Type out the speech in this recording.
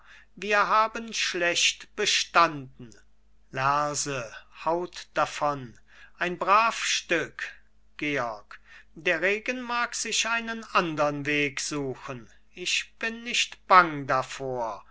wir haben schlecht bestanden lerse haut davon ein brav stück georg der regen mag sich einen andern weg suchen ich bin nicht bang davor